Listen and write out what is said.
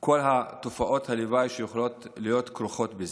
וכל תופעות הלוואי שיכולות להיות כרוכות בזה.